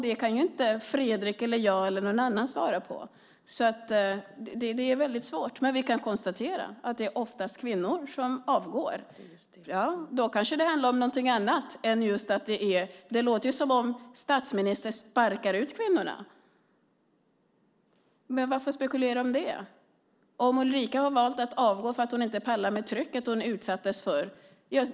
Det kan inte Fredrik, jag eller någon annan svara på. Det är väldigt svårt. Men vi kan konstatera att det oftast är kvinnor som avgår. Då kanske det handlar om någonting annat. Det låter som om statsministern sparkar ut kvinnorna. Men varför spekulera i det? Ulrica har valt att avgå därför att hon inte pallar med det tryck hon utsattes för.